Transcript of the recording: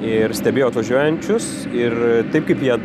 ir stebėjau atvažiuojančius ir taip kaip jie